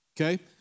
Okay